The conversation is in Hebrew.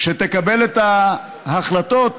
שתקבל את ההחלטות?